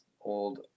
old